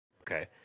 Okay